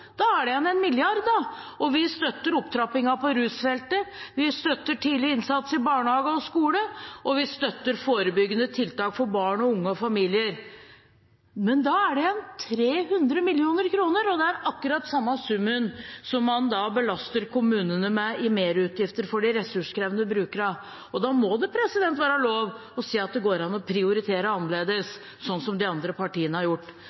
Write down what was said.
Da er det igjen en milliard, og så støtter vi opptrappingen på rusfeltet, vi støtter tidlig innsats i barnehage og skole, og vi støtter forebyggende tiltak for barn og unge og familier. Men da er det igjen 300 mill. kr, og det er akkurat den samme summen som man belaster kommunene med, i merutgifter for de ressurskrevende brukerne. Da må det være lov å si at det går an å prioritere annerledes, sånn som de andre partiene har gjort.